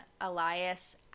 elias